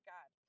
God